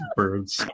birds